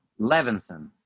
Levinson